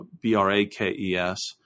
B-R-A-K-E-S